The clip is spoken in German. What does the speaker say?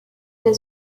der